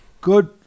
good